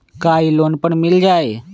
का इ लोन पर मिल जाइ?